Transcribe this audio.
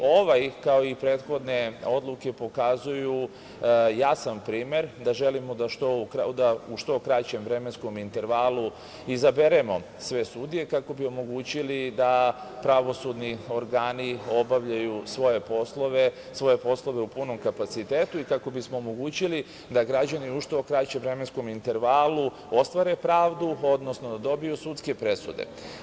Ovaj kao i prethodne odluke pokazuju jasan primer da želimo da u što kraćem vremenskom intervalu izaberemo sve sudije kako bi omogućili da pravosudni organi obavljaju svoje poslove u punom kapacitetu i kako bismo omogućili da građani u što kraćem vremenskom intervalu ostvare pravdu, odnosno da dobiju sudske presude.